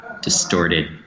distorted